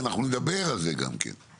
ואנחנו נדבר על זה גם כן,